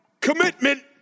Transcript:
commitment